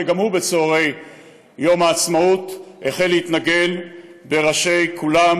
שגם הוא בצהרי יום העצמאות החל להתנגן בראשי כולם